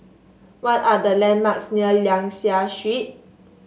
what are the landmarks near Liang Seah Street